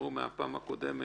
שנשארו מהפעם הקודמת,